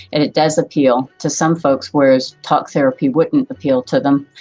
and it does appeal to some folks, whereas talk therapy wouldn't appeal to them.